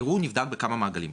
הערעור נבדק בכמה מעגלים.